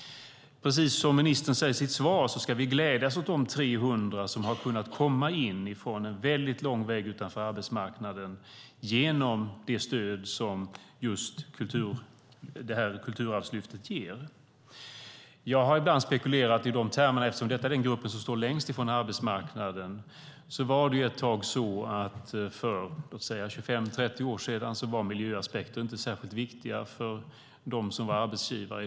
Precis som ministern sade i sitt svar ska vi glädjas åt de 300 som har kommit in från en lång väg utanför arbetsmarknaden med hjälp av det stöd som Kulturarvslyftet ger. Jag har ibland spekulerat i de termerna eftersom detta är den grupp som står längst från arbetsmarknaden. För 25-30 år sedan var miljöaspekter inte särskilt viktiga för arbetsgivare.